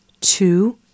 Two